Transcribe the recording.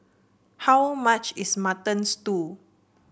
how much is Mutton Stew